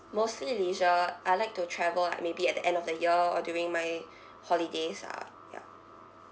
mostly leisure I like to travel like maybe at the end of the year or during my holidays ah ya